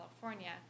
California